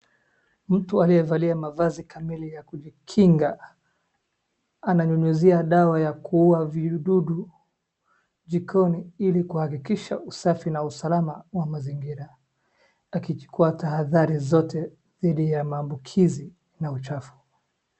mtu aliyevalia mavazi kamili ya kujikinga ananyunyuzia dawa ya kuua vidudu jikoni ili kuhakikisha usafi na usalama wa mazingira ya kujikinga akichukua taadhari zote dhidi ya maambukizi na uchafu